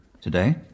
Today